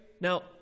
Now